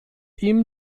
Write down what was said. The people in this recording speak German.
ihm